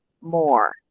more